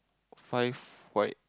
five white